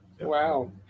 Wow